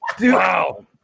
wow